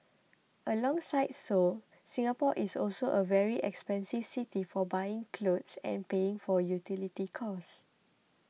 alongside Seoul Singapore is also a very expensive city for buying clothes and paying for utility costs